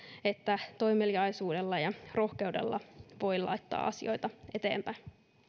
että toimeliaisuudella ja rohkeudella voi laittaa asioita eteenpäin